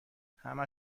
همه